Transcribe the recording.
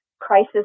crisis